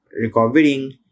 recovering